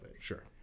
Sure